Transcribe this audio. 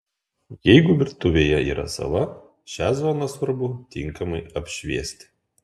jeigu virtuvėje yra sala šią zoną svarbu tinkamai apšviesti